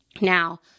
Now